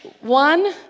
One